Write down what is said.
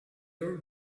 mirror